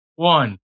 One